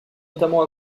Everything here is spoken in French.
notamment